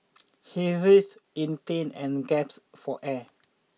he writhed in pain and gasped for air